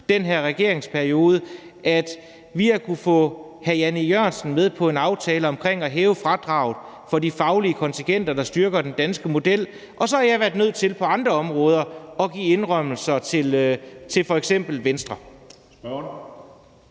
den her regeringsperiode har kunnet få hr. Jan E. Jørgensen med på en aftale om at hæve fradraget for de faglige kontingenter, der styrker den danske model, og så har jeg været nødt til på andre områder at give indrømmelser til f.eks. Venstre.